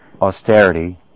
austerity